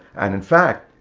and in fact,